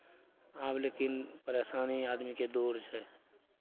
आब लेकिन परेशानी आदमीके दूर छै